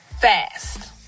fast